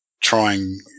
trying